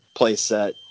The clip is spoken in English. playset